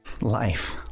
Life